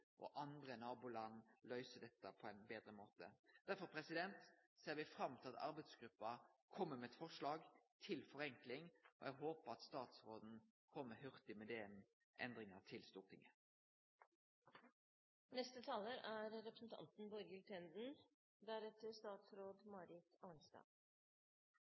og andre naboland løyser dette på ein betre måte. Derfor ser me fram til at arbeidsgruppa kjem med eit forslag til forenkling, og eg håpar at statsråden kjem hurtig med endringar til Stortinget. Mye er